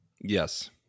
Yes